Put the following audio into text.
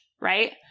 right